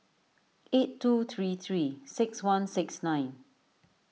eight two three three six one six nine